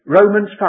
Romans